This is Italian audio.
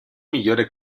miglior